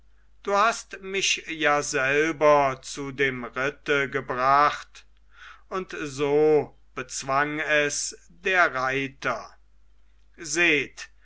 du hast mich ja selber zu dem ritte gebracht und so bezwang es der reiter seht